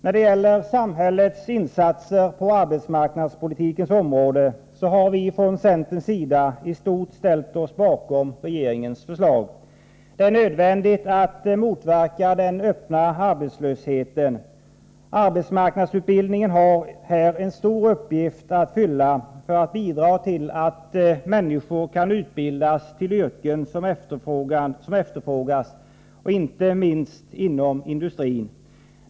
När det gäller samhällets insatser på arbetsmarknadspolitikens område har vi från centerns sida i stort ställt oss bakom regeringens förslag. Det är nödvändigt att motverka den öppna arbetslösheten. Arbetsmarknadsutbildningen har här en stor uppgift att fylla för att bidra till att människor kan utbildas till yrken som efterfrågas inte minst inom industrin.